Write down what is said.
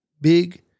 big